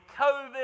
COVID